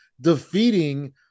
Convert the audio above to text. defeating